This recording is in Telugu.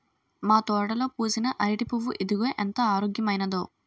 మా తోటలో పూసిన అరిటి పువ్వు ఇదిగో ఎంత ఆరోగ్యమైనదో